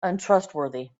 untrustworthy